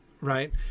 right